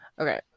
Okay